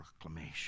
proclamation